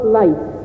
life